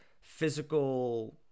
physical